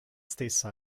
stessa